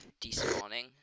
Despawning